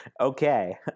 Okay